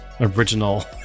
original